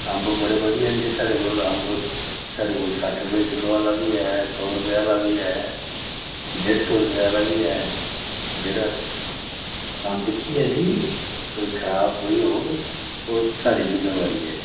अम्ब बड़े बधिया न जी साढ़े कोल अम्ब साढ़े कोल सट्ठ रपेऽ किलो आह्ला बी ऐ सौ रपेऽ आह्ला बी ऐ डेढ सौ रपेऽ आह्ला बी ऐ जेह्ड़ा हां दिक्खियै जी कोई खराब कोई होग ओह् साढ़ी जिम्मेबारी ऐ